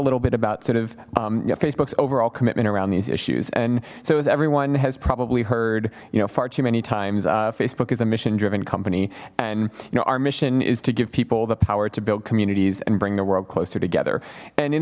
little bit about sort of facebook's overall commitment around these issues and so as everyone has probably heard you know far too many times facebook is a mission driven company and you know our mission is to give people the power to build communities and bring the world closer together and in